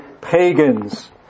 pagans